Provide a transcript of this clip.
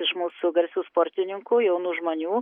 iš mūsų garsių sportininkų jaunų žmonių